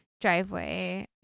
driveway